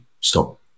stop